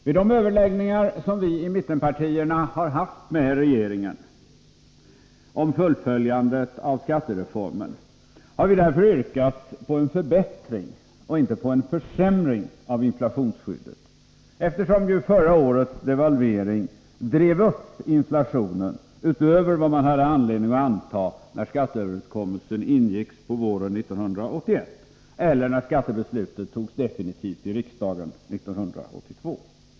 Vid de överläggningar som vi i mittenpartierna har haft med regeringen om fullföljandet av skattereformen har vi därför yrkat på en förbättring, inte en försämring, av inflationsskyddet, eftersom förra årets devalvering ju drev upp inflationen utöver vad man hade anledning att anta när skatteöverenskommelsen ingicks våren 1981 eller då skattebeslutet definitivt togs här i riksdagen 1982.